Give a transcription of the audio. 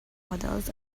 models